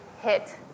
hit